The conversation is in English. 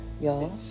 y'all